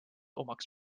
omaks